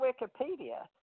Wikipedia